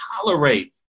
tolerate